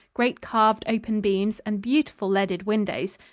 great carved open beams and beautiful leaded windows.